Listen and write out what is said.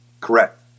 Correct